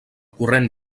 corrent